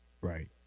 Right